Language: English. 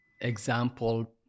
example